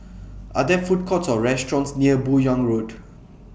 Are There Food Courts Or restaurants near Buyong Road